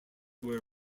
were